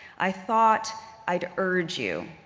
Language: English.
i thought i'd urge you,